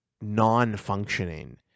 non-functioning